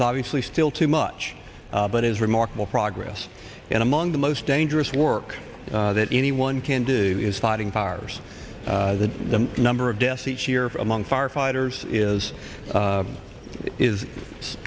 is obviously still too much but is remarkable progress and among the most dangerous work that anyone can do is fighting fires that the number of deaths each year among firefighters is